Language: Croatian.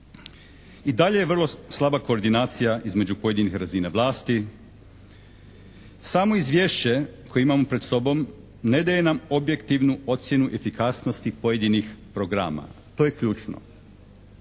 i dalje je vrlo slaba koordinacija između pojedinih razina vlasti. Samo izvješće koje imamo pred sobom ne daje nam objektivnu ocjenu efikasnosti pojedinih programa. To je ključno.